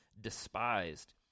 despised